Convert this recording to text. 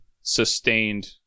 sustained